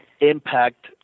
Impact